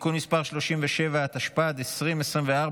חרבות ברזל), התשפ"ד 2024,